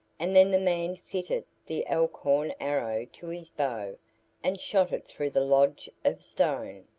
and then the man fitted the elk-horn arrow to his bow and shot it through the lodge of stone.